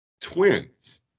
twins